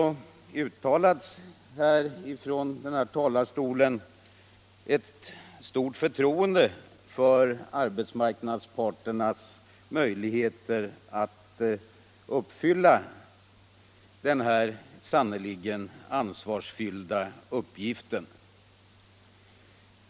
Det har också från den här talarstolen av flera uttalats stort förtroende för arbetsmarknadsparternas möjligheter att fylla den här sannerligen ansvarsfyllda uppgiften.